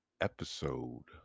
episode